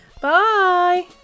Bye